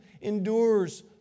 endures